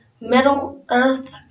Middle-earth